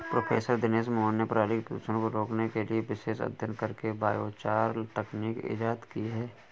professor Dinesh Mohan ने पराली के प्रदूषण को रोकने के लिए विशेष अध्ययन करके बायोचार तकनीक इजाद की है